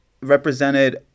represented